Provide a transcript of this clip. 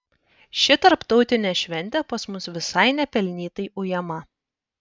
ši tarptautinė šventė pas mus visai nepelnytai ujama